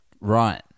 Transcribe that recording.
Right